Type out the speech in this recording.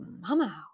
Mama